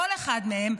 כל אחד מהם,